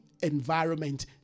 environment